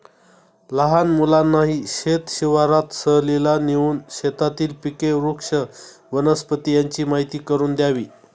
लहान मुलांनाही शेत शिवारात सहलीला नेऊन शेतातील पिके, वृक्ष, वनस्पती यांची माहीती करून द्यावी